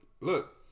Look